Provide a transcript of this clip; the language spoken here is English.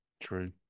True